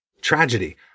tragedy